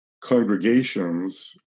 congregations